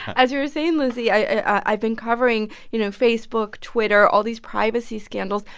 as you were saying, lizzie, i've been covering, you know, facebook, twitter, all these privacy scandals.